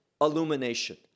illumination